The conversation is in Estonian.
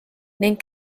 ning